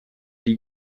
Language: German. die